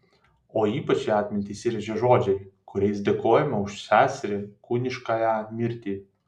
o ypač į atmintį įsirėžia žodžiai kuriais dėkojama už seserį kūniškąją mirtį